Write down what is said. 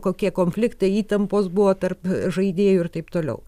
kokie konfliktai įtampos buvo tarp žaidėjų ir taip toliau